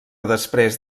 després